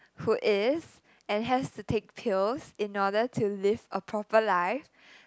who is and has to take pills in order to live a proper life